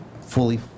fully